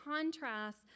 contrast